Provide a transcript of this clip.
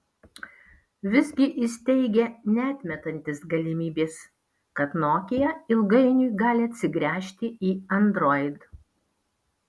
visgi jis teigė neatmetantis galimybės kad nokia ilgainiui gali atsigręžti į android